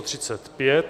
35.